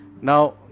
Now